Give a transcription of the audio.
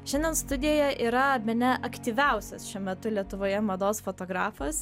šiandien studijoje yra bene aktyviausias šiuo metu lietuvoje mados fotografas